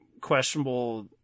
questionable